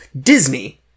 Disney